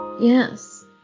Yes